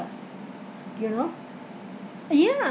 you know ah ya